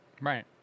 Right